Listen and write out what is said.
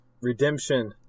Redemption